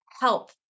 help